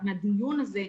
מהדיון הזה,